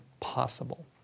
possible